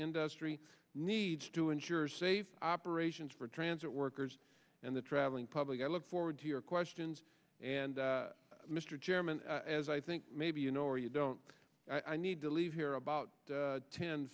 industry needs to ensure safe operations for transit workers and the traveling public i look forward to your questions and mr chairman as i think maybe you know or you don't i need to leave here about